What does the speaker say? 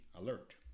alert